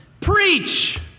preach